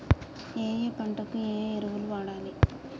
ఏయే పంటకు ఏ ఎరువులు వాడాలి?